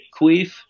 queef